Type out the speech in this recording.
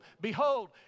Behold